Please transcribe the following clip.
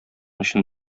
өчен